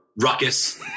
Ruckus